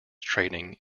trading